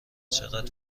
چقدر